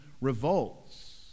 revolts